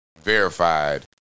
verified